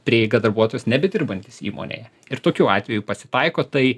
prieigą darbuotojas nedirbantis įmonėje ir tokių atvejų pasitaiko tai